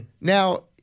Now